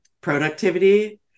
productivity